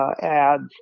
ads